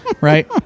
Right